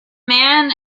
man